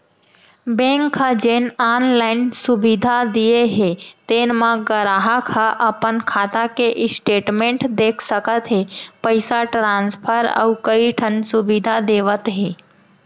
bank ह जेन online सुबिधा दिये हे तेन म गराहक ह अपन खाता के स्टेटमेंट देख सकत हे, पइसा ट्रांसफर अउ कइ ठन सुबिधा देवत हे